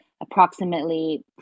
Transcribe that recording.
approximately